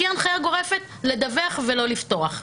שתהיה הנחיה גורפת לדווח ולא לפתוח.